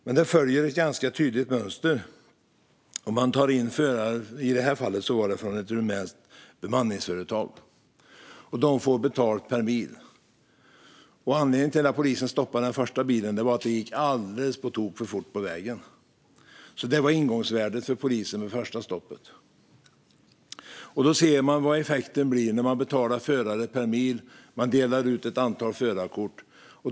Men man följer ett tydligt mönster och tar in förare från annat håll, i detta fall från ett rumänskt bemanningsföretag. De får betalt per mil. Anledningen till att polisen stoppade den första bilen var att den körde alldeles för fort. Det var ingångsvärdet för polisen vid det första stoppet. Då ser man vad effekten blir när förare betalas per mil och delar ut ett antal förarkort.